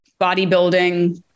bodybuilding